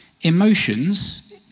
Emotions